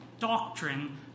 doctrine